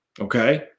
Okay